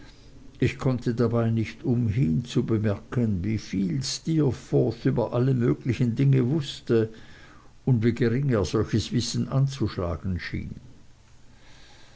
ich konnte dabei nicht umhin zu bemerken wie viel steerforth über alle möglichen dinge wußte und wie gering er solches wissen anzuschlagen schien